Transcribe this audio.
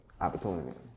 Opportunity